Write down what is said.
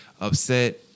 upset